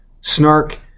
snark